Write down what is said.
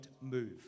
move